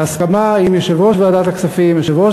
בהסכמה עם יושב-ראש ועדת הכספים ויושב-ראש